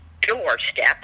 doorstep